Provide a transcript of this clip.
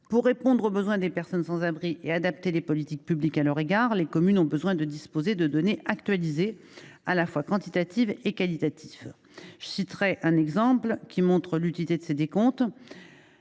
Pour répondre aux besoins des personnes sans abri et adapter les politiques publiques à leur égard, les communes ont besoin de disposer de données actualisées, tant quantitatives que qualitatives. Je veux citer deux exemples démontrant l’utilité de ces décomptes.